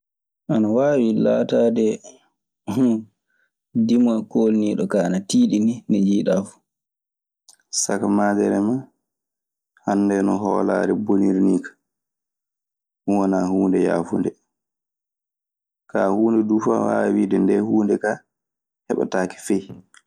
Ana waawi laataade. Dimo e koolniiɗo kaa ana tiiɗi nii, nde njiiɗaa fu. Saka maaderema hannde no hoolaare boniri nii kaa. Ɗun wanaa huunde yaafunde. Kaa, huunde duu fu a waawaa wiide ndee huunde kaa heɓataake fey.